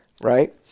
right